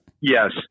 Yes